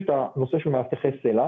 יש את הנושא של מאבטחי סל"ע,